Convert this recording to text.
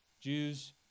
Jews